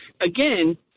again